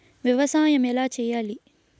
వ్యవసాయం ఎలా చేయాలి?